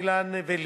אילן ולי,